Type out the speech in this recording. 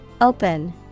Open